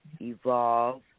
Evolve